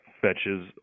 fetches